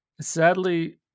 Sadly